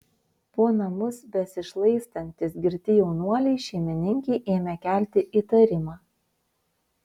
po namus besišlaistantys girti jaunuoliai šeimininkei ėmė kelti įtarimą